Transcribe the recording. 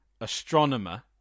astronomer